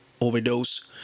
overdose